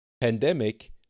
pandemic